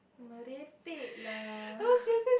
lah